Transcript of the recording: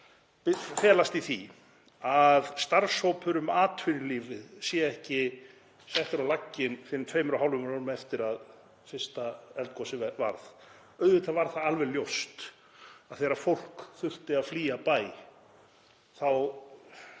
felast í því að starfshópur um atvinnulífið sé ekki settur á laggirnar fyrr en tveimur og hálfu ári eftir að fyrsta eldgosið varð. Auðvitað var það alveg ljóst að þegar fólk þurfti að flýja bæ þá